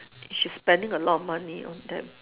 she's spending a lot of money on them